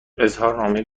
اظهارنامه